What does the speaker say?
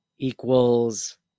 equals